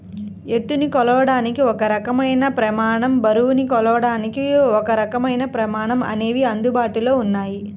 ఎత్తుని కొలవడానికి ఒక రకమైన ప్రమాణం, బరువుని కొలవడానికి ఒకరకమైన ప్రమాణం అనేవి అందుబాటులో ఉన్నాయి